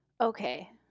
Okay